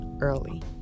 early